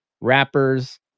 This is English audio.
rappers